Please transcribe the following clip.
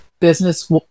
business